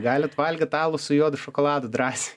galit valgyt alų su juodu šokoladu drąsiai